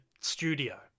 studio